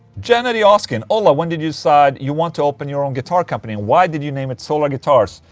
gennady oskin ola, when did you decide you want to open your own guitar company? why did you name it solar guitars?